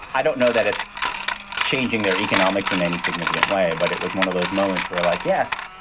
i don't know that it's changing their economics in any significant way, but it was one of those moments where like, yes,